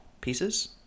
pieces